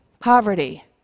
poverty